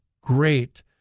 great